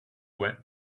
went